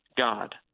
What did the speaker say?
God